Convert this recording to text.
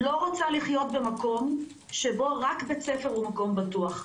לא רוצה לחיות במקום שבו רק בית ספר הוא מקום בטוח.